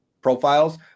profiles